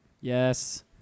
Yes